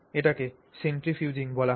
এটাকে সেন্ট্রিফুগিং বলা হয়